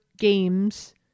games